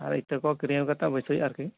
ᱟᱨ ᱤᱛᱟᱹᱠᱚ ᱠᱤᱨᱤᱧ ᱟᱹᱜᱩ ᱠᱟᱛᱮ ᱵᱟᱹᱭᱥᱟᱹᱣ ᱦᱩᱭᱩᱜᱼᱟ ᱟᱨᱠᱤ